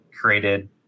created